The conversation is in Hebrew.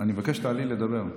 אני מבקש שתעלי לדבר.